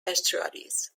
estuaries